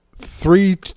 Three